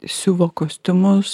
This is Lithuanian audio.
siuvo kostiumus